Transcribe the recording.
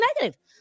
negative